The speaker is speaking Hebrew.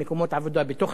בתוך היישובים הערביים,